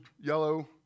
yellow